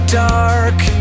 dark